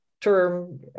term